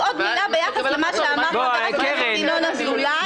--- עוד מלה ביחס למה שאמר חבר הכנסת ינון אזולאי.